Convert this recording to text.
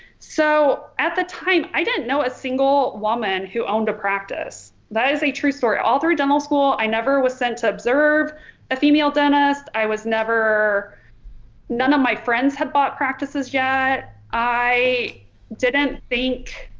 so at the time i didn't know a single woman who owned the practice that is a true story all through dental school i never was sent to observe a female dentist. i was never none of my friends had bought practices yet i didn't think,